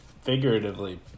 figuratively